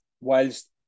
whilst